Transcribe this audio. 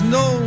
no